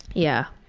yeah,